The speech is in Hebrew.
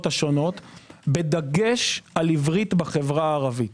השונות בדגש על עברית בחברה הערבית.